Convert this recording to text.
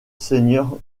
seigneur